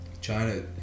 China